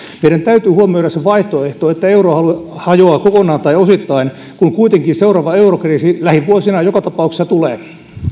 meidän täytyy huomioida se vaihtoehto että euroalue hajoaa kokonaan tai osittain kun kuitenkin seuraava eurokriisi lähivuosina joka tapauksessa tulee